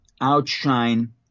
outshine